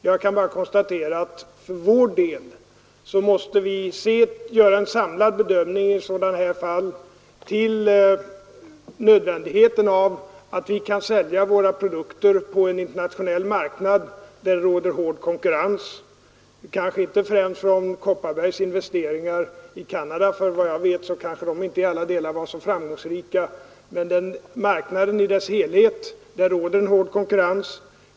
Jag kan bara konstatera att vi för vår del måste göra en samlad bedömning i sådana här fall. Vi måste beakta nödvändigheten av att vi kan sälja våra produkter på den internationella marknaden, där det råder hård konkurrens — kanske inte främst på grund av Kopparbergs investeringar i Canada, för efter vad jag vet var de kanske inte i alla delar framgångsrika.